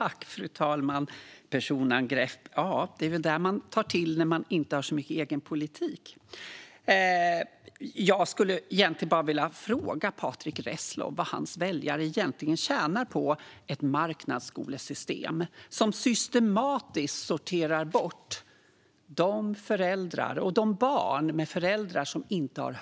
Fru talman! Personangrepp - det är väl det man tar till när man inte har så mycket egen politik. Jag skulle bara vilja fråga Patrick Reslow vad hans väljare egentligen tjänar på ett marknadsskolesystem som systematiskt sorterar bort de föräldrar som inte har högskoleutbildning och deras barn.